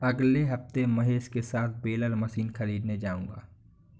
अगले हफ्ते महेश के साथ बेलर मशीन खरीदने जाऊंगा